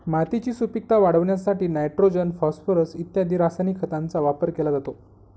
मातीची सुपीकता वाढवण्यासाठी नायट्रोजन, फॉस्फोरस इत्यादी रासायनिक खतांचा वापर केला जातो